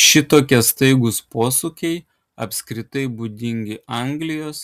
šitokie staigūs posūkiai apskritai būdingi anglijos